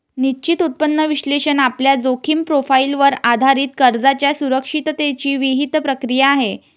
निश्चित उत्पन्न विश्लेषण आपल्या जोखीम प्रोफाइलवर आधारित कर्जाच्या सुरक्षिततेची विहित प्रक्रिया आहे